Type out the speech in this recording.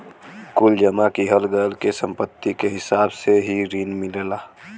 कुल जमा किहल गयल के सम्पत्ति के हिसाब से ही रिन मिलला